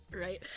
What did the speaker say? Right